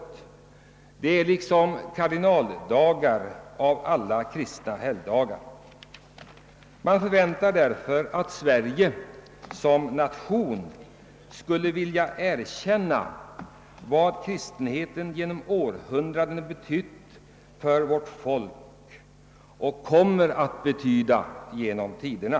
De är liksom kardinaldagarna bland alla kristna helgdagar. Man förväntar därför, att Sverige som nation skulle vilja erkänna vad kristenheten genom århundraden betytt för vårt folk och kommer att betyda genom tiderna.